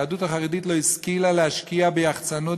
היהדות החרדית לא השכילה להשקיע ביחצנות